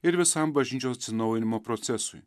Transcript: ir visam bažnyčios atsinaujinimo procesui